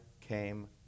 came